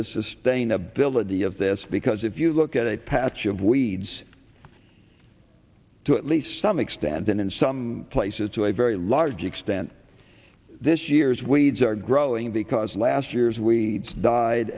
the sustainability of this because if you look at a patch of weeds to at least some extent and in some places to a very large extent this year's weeds are growing because last years we died